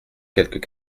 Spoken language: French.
quelques